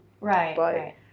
Right